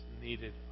needed